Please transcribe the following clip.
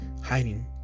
hiding